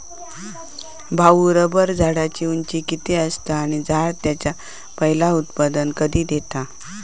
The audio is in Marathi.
भाऊ, रबर झाडाची उंची किती असता? आणि झाड त्याचा पयला उत्पादन कधी देता?